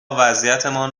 وضعیتمان